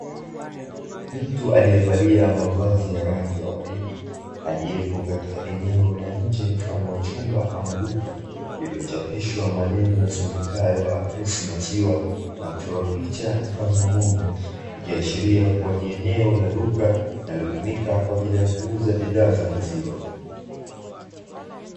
Mtu aliyevalia mavazi ya rangi ya waridi, aliyepo katika enepo la nje mfano wa chumba ama duka lililochapishwa maneno yasomekayo "ACRE'S" maziwa, na kuchorwa picha mfano wa ng'ombe. Ikiashiria kuwa ni eneo la duka linalotumika kwa ajili ya kuuza bidhaa za maziwa.